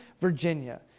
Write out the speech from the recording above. Virginia